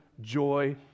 joy